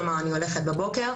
כלומר אני הולכת בבוקר,